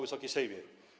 Wysoki Sejmie!